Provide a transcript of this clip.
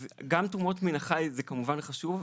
אז גם תרומות מן החי זה כמובן חשוב,